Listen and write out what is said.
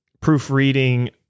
proofreading